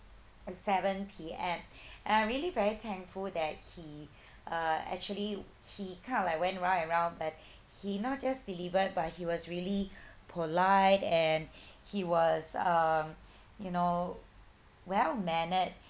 seven P_M and I really very thankful that he uh actually he kind of like went round and round but he not just delivered but he was really polite and he was um you know well mannered